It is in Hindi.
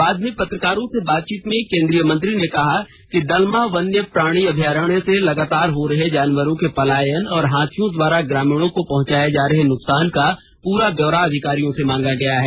बाद में पत्रकारों से बातचीत में केंद्रीय मंत्री ने कहा कि दलमा वन्य प्राणी अभ्यारण्य से लगातार हो रहे जानवरों के पलायन और हाथियों द्वारा ग्रामीणों को पहुंचाये जा रहे नुकसान का पूरा ब्यौरा अधिकारियों से मांगा गया है